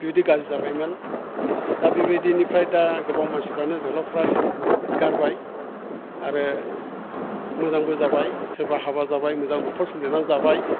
बिबादि गाज्रि जाबायमोन दा बिबायदिनिफ्राय दा गोबां मानसिफ्रानो जोहोलावफ्रा गारबाय आरो मोजांबो जाबाय सोरबा हाबा जाबाय मोजां न'खर सोलिनानै जाबाय